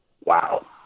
Wow